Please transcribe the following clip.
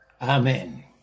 Amen